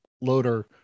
loader